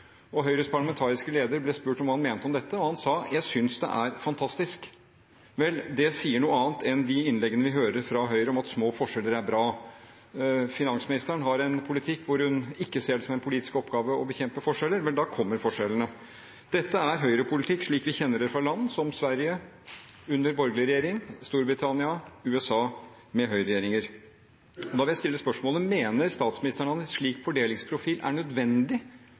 Høyres parlamentariske leder ble spurt om hva han mente om dette. Han sa: «Jeg synes det er fantastisk.» Vel, det sier noe annet enn de innleggene vi hører fra Høyre om at små forskjeller er bra. Finansministeren har en politikk hvor hun ikke ser det som en politisk oppgave å bekjempe forskjeller, men da kommer forskjellene. Dette er høyrepolitikk slik vi kjenner det fra land som Sverige under borgerlig regjering og Storbritannia og USA med høyreregjeringer. Da vil jeg stille spørsmålet: Mener statsministeren at en slik fordelingsprofil er nødvendig